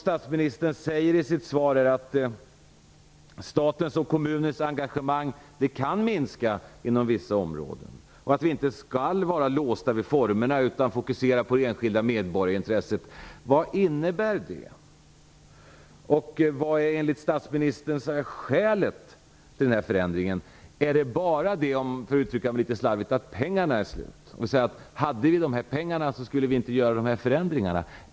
Statsministern säger i sitt svar att statens och kommuners engagemang kan minska inom vissa områden, att vi inte skall låsta vid formerna utan fokusera det enskilda medborgarintresset. Vad innebär det? Vad är enligt statsministern skälet till den här förändringen? Är det bara det - om jag får uttrycka mig litet slarvigt - att pengarna är slut? Är det så att vi inte skulle göra dessa förändringar om vi hade haft pengarna?